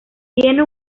tiene